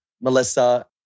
Melissa